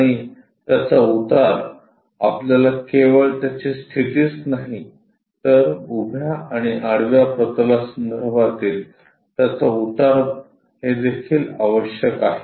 आणि त्याचा उतार आपल्याला केवळ त्याची स्थितीच नाही तर उभ्या आणि आडव्या प्रतलांसंदर्भातील त्याचा उतार हे देखील आवश्यक आहे